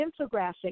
infographic